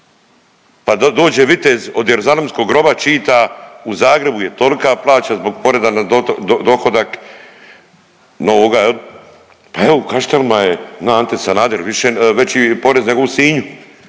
Pa dođe vitez od Jeruzalemskog groba čita u Zagrebu je tolka plaća zbog poreza na dohodak novoga, pa evo u Kaštelima je zna Ante Sanader više veći porez nego u Sinju.